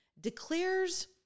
declares